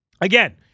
again